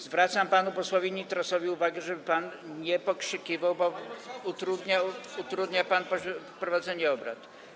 Zwracam panu posłowi Nitrasowi uwagę, żeby pan nie pokrzykiwał, bo utrudnia pan prowadzenie obrad.